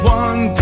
one